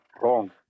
wrong